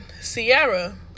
Sierra